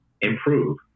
improve